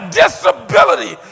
disability